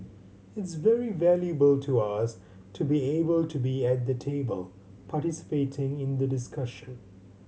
it's very valuable to us to be able to be at the table participating in the discussion